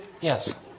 yes